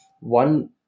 one